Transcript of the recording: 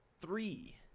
Three